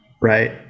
Right